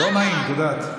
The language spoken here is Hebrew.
לא נעים, את יודעת.